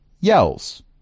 yells